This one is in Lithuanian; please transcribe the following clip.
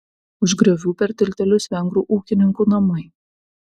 už griovių per tiltelius vengrų ūkininkų namai